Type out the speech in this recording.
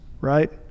right